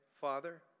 father